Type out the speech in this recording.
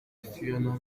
phionah